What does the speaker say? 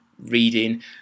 Reading